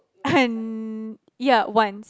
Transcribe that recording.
and ya once